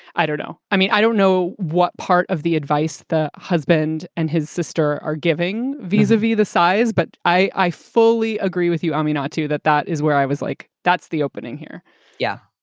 i don't know. i mean, i don't know what part of the advice the husband and his sister are giving visa v the size. but i i fully agree with you. i mean, not to that. that is where i was like, that's the opening here yeah,